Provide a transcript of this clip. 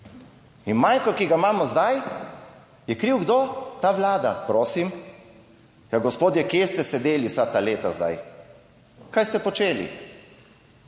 za manko, ki ga imamo zdaj, je kriv - kdo? - ta Vlada. Prosim?! Ja, gospodje, kje ste sedeli vsa ta leta? Kaj ste počeli?